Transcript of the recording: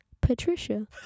Patricia